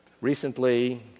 recently